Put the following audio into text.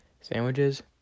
Sandwiches